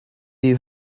you